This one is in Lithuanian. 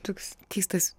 toks keistas